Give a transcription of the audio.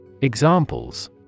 Examples